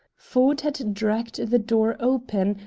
ford had dragged the door open,